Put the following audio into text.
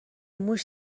موش